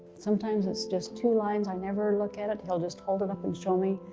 sometimes it's just two lines, i never look at it, he'll just hold it up and show me.